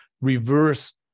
reverse